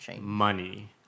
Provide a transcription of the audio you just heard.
money